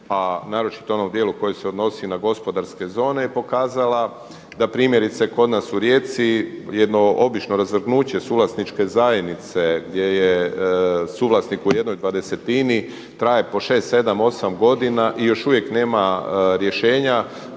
a naročito u onom dijelu koji se odnosi na gospodarske zone je pokazala da primjerice kod nas u Rijeci jedno obično razvrgnuće suvlasničke zajednice, gdje je suvlasnik u 1/20 traje po 6, 7, 8 godina i još uvijek nema rješenja